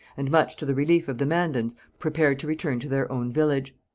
and, much to the relief of the mandans, prepared to return to their own village.